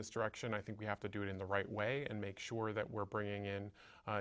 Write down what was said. this direction i think we have to do it in the right way and make sure that we're bringing in